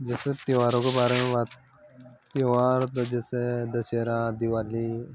जैसे त्यौहारों के बारे में बात त्यौहार तो जैसे दशहरा दिवाली